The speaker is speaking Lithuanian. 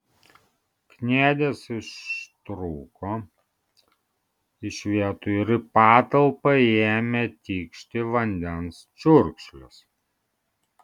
kniedės ištrūko iš vietų ir į patalpą ėmė tikšti vandens čiurkšlės